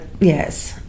Yes